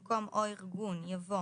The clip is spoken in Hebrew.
במקום "או ארגון" יבוא